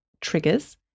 triggers